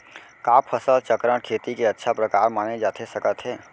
का फसल चक्रण, खेती के अच्छा प्रकार माने जाथे सकत हे?